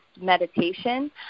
meditation